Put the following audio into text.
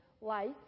Light